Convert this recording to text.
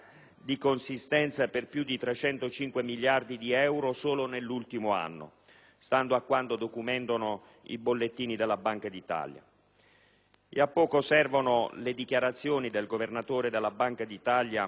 di consistenza per più di 305 miliardi di euro solo nell'ultimo anno, stando a quanto documentano i bollettini della Banca d'Italia. A poco servono le dichiarazioni del Governatore della Banca d'Italia